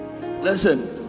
Listen